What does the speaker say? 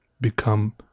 become